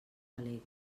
delegui